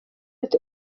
ati